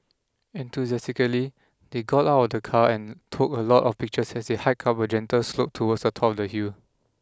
enthusiastically they got out of the car and took a lot of pictures as they hiked up a gentle slope towards the top of the hill